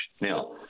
Now